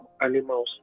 animal